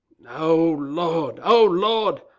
oh lord! oh lord!